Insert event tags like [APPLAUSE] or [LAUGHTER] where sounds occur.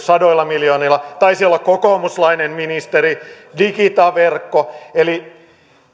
[UNINTELLIGIBLE] sadoilla miljoonilla taisi olla kokoomuslainen ministeri digita verkko eli